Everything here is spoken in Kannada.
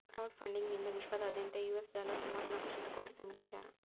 ಕ್ರೌಡ್ ಫಂಡಿಂಗ್ ನಿಂದಾ ವಿಶ್ವದಾದ್ಯಂತ್ ಯು.ಎಸ್ ಡಾಲರ್ ಮೂವತ್ತನಾಕ ಶತಕೋಟಿ ಸಂಗ್ರಹಿಸ್ಯಾರ